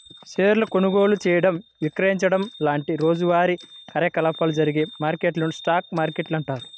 షేర్ల కొనుగోలు చేయడం, విక్రయించడం లాంటి రోజువారీ కార్యకలాపాలు జరిగే మార్కెట్లను స్టాక్ మార్కెట్లు అంటారు